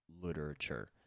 literature